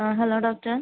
hello doctor